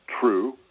true